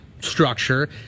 structure